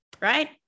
right